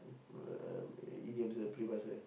um idioms the peribahasa